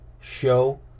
SHOW